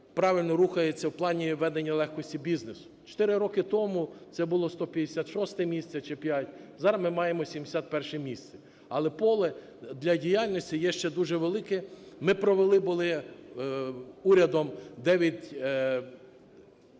правильно рухається в плані ведення легкості бізнесу. Чотири роки тому це було 156-е місце чи 5-е, зараз ми маємо 71-е місце. Але поле для діяльності є ще дуже велике. Ми провели були урядом